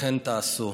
וכן תעשו",